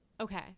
okay